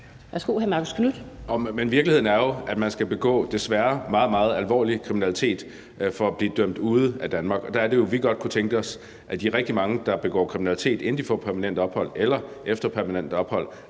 Kl. 11:36 Marcus Knuth (KF): Men virkeligheden er jo, at man skal begå, desværre, meget, meget alvorlig kriminalitet for at blive dømt ude af Danmark. Der er det, at vi godt kunne tænke os, at der også skal være en konsekvens for de rigtig mange, der begår kriminalitet, inden de får permanent ophold eller efter permanent ophold.